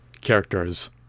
characters